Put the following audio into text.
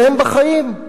והם בחיים.